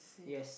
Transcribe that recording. yes